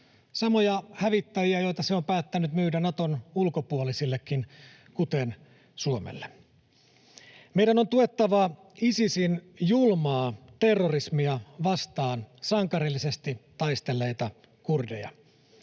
samoja hävittäjiä, joita se on päättänyt myydä Naton ulkopuolisillekin, kuten Suomelle. Meidän on tuettava Isisin julmaa terrorismia vastaan sankarillisesti taistelleita kurdeja.